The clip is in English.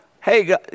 Hey